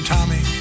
Tommy